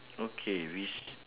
okay we s~